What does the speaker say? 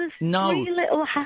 no